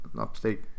upstate